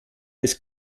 ist